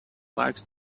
likes